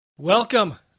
Welcome